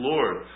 Lord